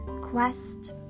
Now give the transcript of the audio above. Quest